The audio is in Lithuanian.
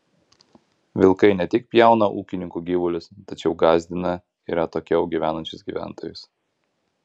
vilkai ne tik pjauna ūkininkų gyvulius tačiau gąsdina ir atokiau gyvenančius gyventojus